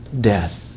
death